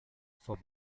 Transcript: for